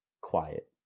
quiet